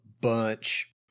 bunch